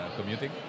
commuting